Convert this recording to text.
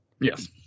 Yes